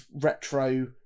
retro